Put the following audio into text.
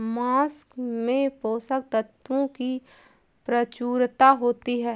माँस में पोषक तत्त्वों की प्रचूरता होती है